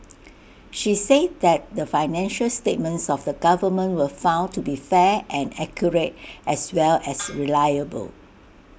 she said that the financial statements of the government were found to be fair and accurate as well as reliable